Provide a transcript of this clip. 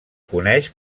coneix